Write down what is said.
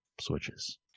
switches